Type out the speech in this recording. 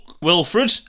Wilfred